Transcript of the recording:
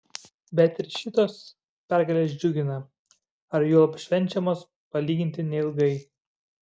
bet ir šitos pergalės džiugina ar juolab švenčiamos palyginti neilgai